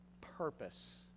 purpose